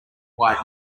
white